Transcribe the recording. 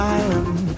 island